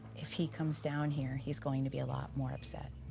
if he comes down here, he's going to be a lot more upset.